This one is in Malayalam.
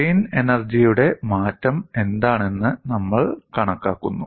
സ്ട്രെയിൻ എനർജിയുടെ മാറ്റം എന്താണെന്ന് നമ്മൾ കണക്കാക്കുന്നു